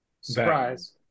surprise